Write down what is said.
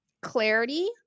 clarity